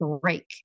break